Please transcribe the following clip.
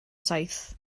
saith